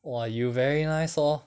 !wah! you very nice lor